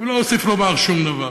ולא אוסיף לומר שום דבר.